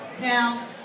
Now